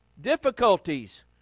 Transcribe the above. difficulties